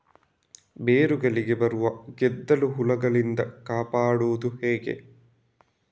ಬೇರುಗಳಿಗೆ ಬರುವ ಗೆದ್ದಲು ಹುಳಗಳಿಂದ ಕಾಪಾಡುವುದು ಹೇಗೆ?